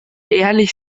ehrlich